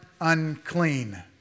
unclean